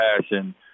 passion